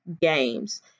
games